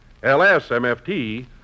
LSMFT